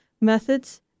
methods